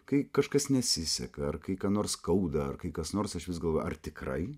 kai kažkas nesiseka ar kai ką nors skauda ar kai kas nors aš vis galvoju ar tikrai